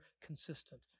consistent